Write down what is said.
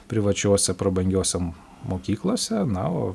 privačiose prabangiose mokyklose na o